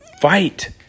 fight